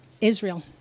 Israel